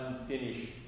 unfinished